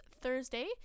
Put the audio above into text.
Thursday